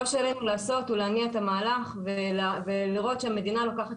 כל שעלינו לעשות הוא להניע את המהלך ולראות שהמדינה לוקחת